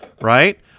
right